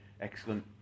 Excellent